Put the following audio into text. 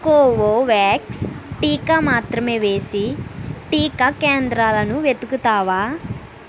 Covovax టీకా మాత్రమే వేసే టీకా కేంద్రాలను వెతుకుతావా